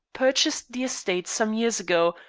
purchased the estate some years ago,